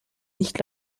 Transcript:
nicht